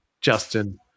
Justin